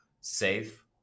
safe